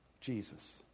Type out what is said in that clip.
Jesus